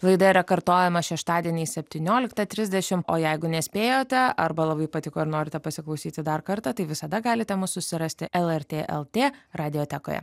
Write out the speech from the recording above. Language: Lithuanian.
laida yra kartojama šeštadieniais septynioliktą trisdešim o jeigu nespėjote arba labai patiko ir norite pasiklausyti dar kartą tai visada galite susirasti lrt lt radiotekoje